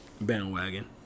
bandwagon